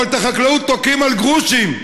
את החקלאות תוקעים על גרושים,